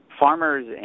Farmers